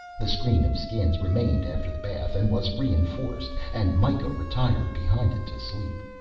the screen of skins remained after the bath, and was reinforced, and mikah retired behind it to sleep.